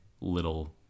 little